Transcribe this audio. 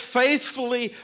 faithfully